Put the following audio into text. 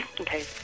Okay